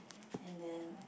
and then